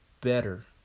better